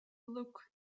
look